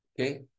okay